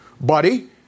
Buddy